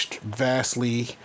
vastly